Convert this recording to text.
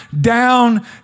down